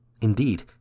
Indeed